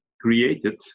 created